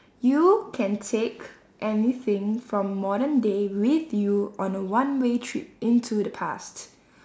you can take anything from modern day with you on a one way trip into the past